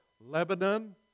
Lebanon